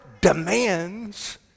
demands